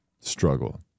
struggle